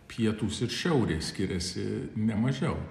pietūs ir šiaurės skiriasi ne mažiau